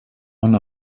one